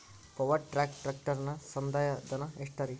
Power ಟ್ರ್ಯಾಕ್ ಟ್ರ್ಯಾಕ್ಟರನ ಸಂದಾಯ ಧನ ಎಷ್ಟ್ ರಿ?